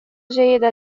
جيدة